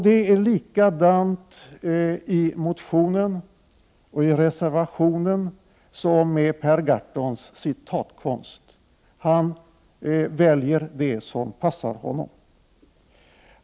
Det är likadant med motionen och reservationen som med Per Gahrtons citatkonst. Han väljer det som passar honom.